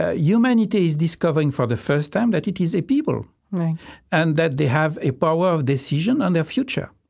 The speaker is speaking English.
ah humanity is discovering for the first time that it is a people right and that they have the power of decision in their future.